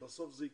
בסוף זה יקרה.